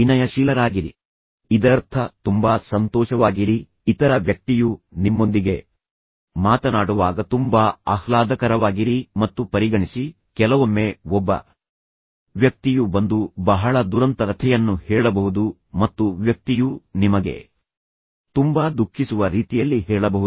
ವಿನಯಶೀಲರಾಗಿರಿ ಮತ್ತು ಪರಿಗಣನೆಯಿಂದಿರಿ ಇದರರ್ಥ ತುಂಬಾ ಸಂತೋಷವಾಗಿರಿ ಇತರ ವ್ಯಕ್ತಿಯು ನಿಮ್ಮೊಂದಿಗೆ ಮಾತನಾಡುವಾಗ ತುಂಬಾ ಆಹ್ಲಾದಕರವಾಗಿರಿ ಮತ್ತು ಪರಿಗಣಿಸಿ ಕೆಲವೊಮ್ಮೆ ಒಬ್ಬ ವ್ಯಕ್ತಿಯು ಬಂದು ಬಹಳ ದುರಂತ ಕಥೆಯನ್ನು ಹೇಳಬಹುದು ಮತ್ತು ವ್ಯಕ್ತಿಯು ನಿಮಗೆ ತುಂಬಾ ದುಃಖಿಸುವ ರೀತಿಯಲ್ಲಿ ಹೇಳಬಹುದು